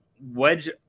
wedge